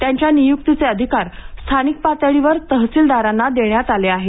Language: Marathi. त्यांच्या नियुक्तीचे अधिकार स्थानिक पातळीवर तहसीलदारांना देण्यात आले आहेत